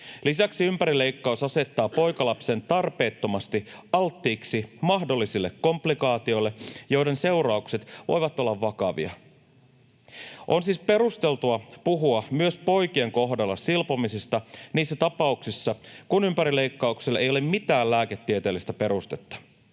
Lisäksi ympärileikkaus asettaa poikalapsen tarpeettomasti alttiiksi mahdollisille komplikaatioille, joiden seuraukset voivat olla vakavia. On siis perusteltua puhua myös poikien kohdalla silpomisista niissä tapauksissa, kun ympärileikkaukselle ei ole mitään lääketieteellistä perustetta.